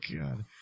God